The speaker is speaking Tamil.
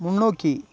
முன்னோக்கி